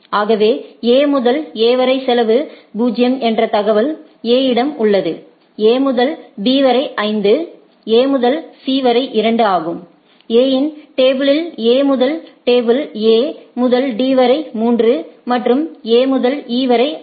ஆகவே A முதல் A வரை செலவு 0 என்ற தகவல் A இடம் உள்ளது A முதல் B வரை 5 A முதல் C வரை 2 ஆகும் A இன் டேபிலில் Aமுதல் டேபிள் A முதல் D வரை 3 மற்றும் A முதல் E வரை 6